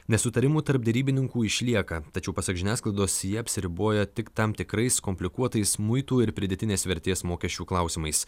nesutarimų tarp derybininkų išlieka tačiau pasak žiniasklaidos ji apsiriboja tik tam tikrais komplikuotais muitų ir pridėtinės vertės mokesčių klausimais